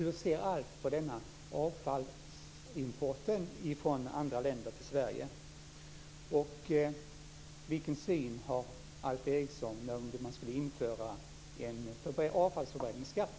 Hur ser Alf Eriksson på den här avfallsimporten från andra länder till Sverige? Och vilken syn har Alf Eriksson på att man skulle införa en avfallsförbränningsskatt?